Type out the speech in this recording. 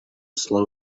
slow